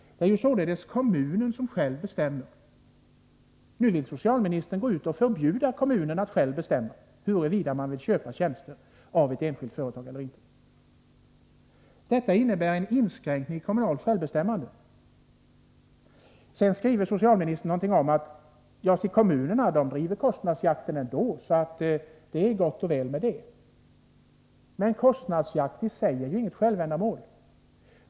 Det är således kommunen själv som bestämmer. Nu vill socialminstern gå ut och förbjuda kommunen att själv bestämma huruvida man vill köpa tjänster av ett enskilt företag eller inte. Detta innebär en inskränkning av det kommunala självbestämmandet. Sedan sade socialministern någonting om att kommunerna driver kostnadsjakten ändå, så det är gott och väl. Men kostnadsjakt i sig är inget självändamål.